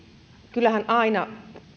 kyllähän aina